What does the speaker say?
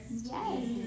Yes